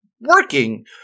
working